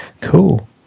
Cool